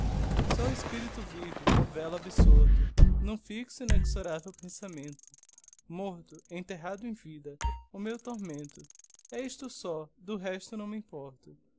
só o espirito vive vela absorto n'um fixo inexoravel pensamento morto enterrado em vida o meu tormento é isto só do resto não me importo